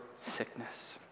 sickness